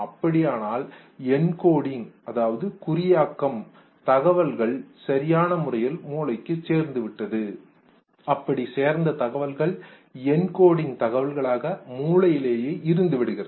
அப்படியானால் என்கோடிங் குறியாக்க தகவல்கள் சரியான முறையில் மூளைக்கு சேர்ந்து விட்டது அப்படி சேர்ந்த தகவல்கள் என்கோடிங் குறியாக்க தகவல்களாக மூளையிலே இருந்து விடுகிறது